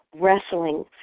wrestling